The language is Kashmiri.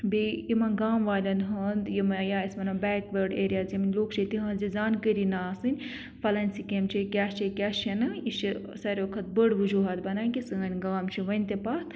بیٛیہِ تِمن گامہٕ والٮ۪ن ہنٛد یِم یا یِمن أسۍ وَنو بیکوٲڑ ایریاز یِم لوٚکھ چھِ تہِنٛز یہِ زانکٲری نہٕ آسٕنۍ فلٲنۍ سِکیم چھِ کیٛاہ چھِ کیٛاہ چھِنہ یہِ چھِ ساروِے کھۄتہٕ بٔڑ وجوہات بنان کہ سٲنۍ گام چھِ ؤنۍ تہ پَتھ